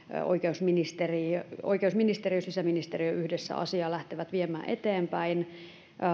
oikeusministeriö ja sisäministeriö yhdessä lähtevät viemään asiaa eteenpäin